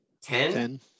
ten